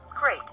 Great